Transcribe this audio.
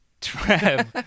Trev